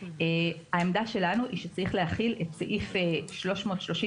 זה לא יכול להיות במסגרת הנחיות שמעמדן לא ברור בכל הנוגע לרשויות